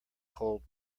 cold